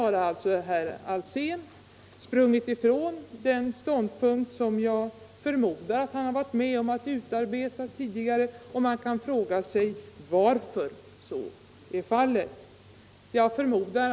Herr Alsén har alltså sprungit ifrån det yttrande som jag förmodar att han har varit med om att utarbeta, och det finns anledning att ställa frågan varför han gjort det.